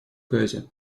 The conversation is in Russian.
газе